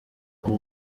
ubu